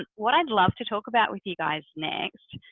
and what i'd love to talk about with you guys next.